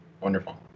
Wonderful